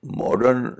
modern